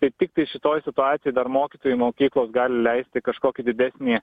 tai tiktai šitoj situacijoj dar mokytojui mokyklos gali leisti kažkokį didesnį